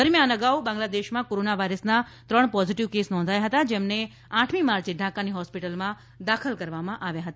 દરમિયાન અગાઉ બાંગ્લાદેશમાં કોરોના વાયરસના ત્રણ પોઝીટીવ કેસ નોંધાયા હતા જેમને આઠમી માર્ચે ઢાકાની હોસ્પિટલમાં દાખલ કરવામાં આવ્યા હતા